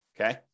Okay